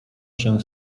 się